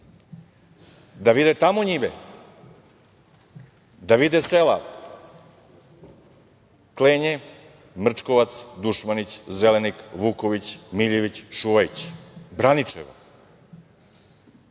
da vide tamo njive, da vide sela Klenje, Mrčkovac, Dušmanić, Zelenik, Vuković, Miljević, Šuvajić, Braničevo.